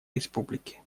республики